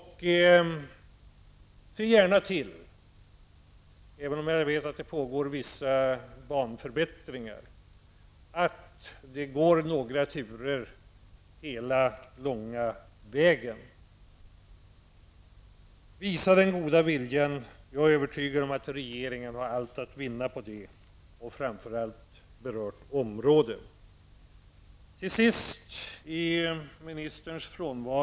Se dessutom gärna till -- jag vet att det pågår ett arbete med vissa banförbättringar -- att några turer går hela den här långa vägen! Jag hoppas att regeringen skall visa sin goda vilja i det här sammanhanget. Jag är övertygad om att regeringen, och framför allt det berörda området, har allt att vinna på ett sådant agerande. Ministern är inte närvarande just nu.